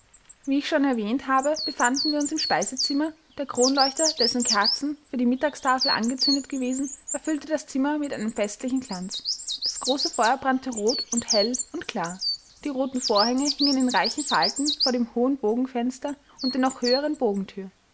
wie ich schon erwähnt habe befanden wir uns im speisezimmer der kronleuchter dessen kerzen für die mittagstafel angezündet gewesen erfüllte das zimmer mit einem festlichen glanz das große feuer brannte rot und hell und klar die roten vorhänge hingen in reichen falten vor dem hohen bogenfenster und der noch höheren